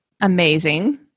amazing